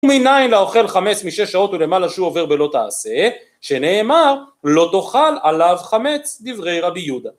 מיניים לאוכל חמץ משש שעות ולמעלה שהוא עובר בלא תעשה שנאמר לא תאכל עליו חמץ דברי רבי יהודה